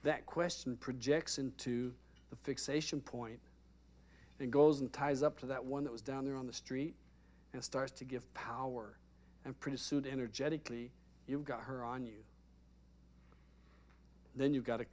that question projects into the fixation point and goes and ties up to that one that was down there on the street and starts to give power and pretty soon energetically you've got her on you then you've got to